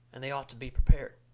and they ought to be prepared.